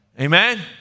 Amen